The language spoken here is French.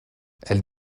elle